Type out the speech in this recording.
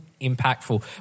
impactful